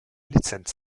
lizenz